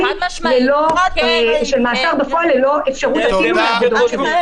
של מאסר בפועל ללא אפשרות אפילו לעבודות שירות.